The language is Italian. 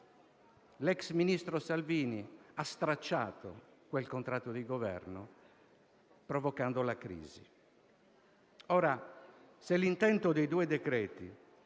l'ex ministro Salvini ha stracciato quel contratto di governo, provocando la crisi. Se l'intento dei due decreti